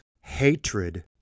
hatred